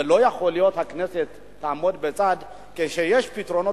אבל לא יכול שהכנסת תעמוד בצד כשיש פתרונות